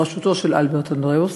בראשותו של אלברט אנדראוס,